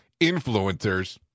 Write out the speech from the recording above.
influencers